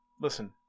Listen